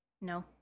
No